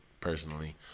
Personally